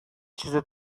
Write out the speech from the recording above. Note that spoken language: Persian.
چیز